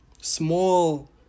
small